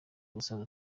gusaza